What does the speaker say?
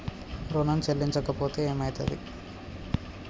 ఋణం చెల్లించకపోతే ఏమయితది?